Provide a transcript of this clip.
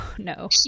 No